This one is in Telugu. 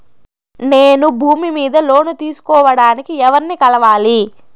నేను భూమి మీద లోను తీసుకోడానికి ఎవర్ని కలవాలి?